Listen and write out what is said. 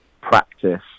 practice